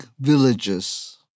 villages